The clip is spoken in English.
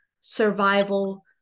survival